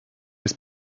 jest